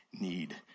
need